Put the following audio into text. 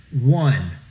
One